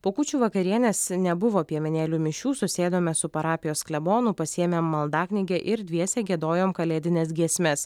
po kūčių vakarienės nebuvo piemenėlių mišių susėdome su parapijos klebonu pasiėmėm maldaknygę ir dviese giedojom kalėdines giesmes